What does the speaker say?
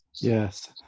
Yes